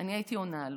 אני הייתי עונה לו: